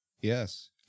Yes